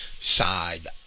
side